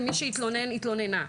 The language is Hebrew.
למי שהתלונן או התלונה,